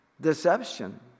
deception